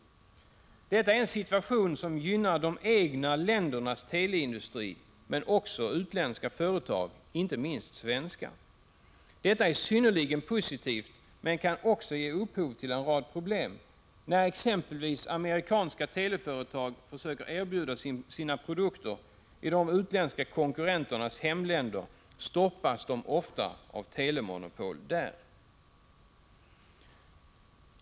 Detta är en situation som gynnar de egna ländernas teleindustri men också utländska företag, inte minst svenska. Detta är synnerligen positivt men kan också ge upphov till en rad problem. När exempelvis amerikanska teleföretag försöker erbjuda sina produkter i de utländska konkurrenternas hemländer, stoppas de ofta av telemonopol där.